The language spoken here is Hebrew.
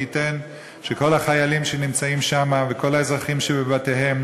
מי ייתן שכל החיילים שנמצאים שם וכל האזרחים שבבתיהם